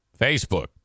Facebook